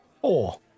Four